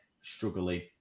struggling